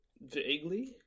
Vaguely